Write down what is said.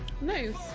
Nice